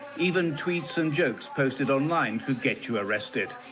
even tweets and jokes posted online could get you arrested.